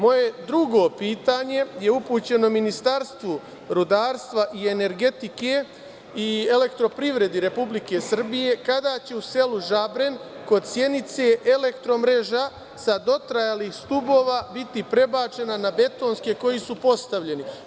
Moje drugo pitanje je upućeno Ministarstvu rudarstva i energetike i elektroprivredi Republike Srbije - kada će u selu Žabren kod Sjenice elektromreža sa dotrajalih stubova biti prebačena na betonske koji su postavljeni?